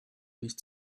nicht